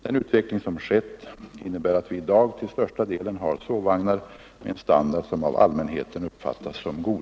Den utveckling som skett innebär att vi i dag till största delen har sovvagnar med en standard som av allmänheten uppfattas som god.